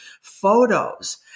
photos